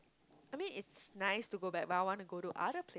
I mean it's nice to go back but I wanna go to other